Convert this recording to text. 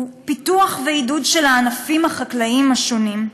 הוא פיתוח ועידוד של הענפים החקלאיים השונים,